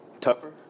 Tougher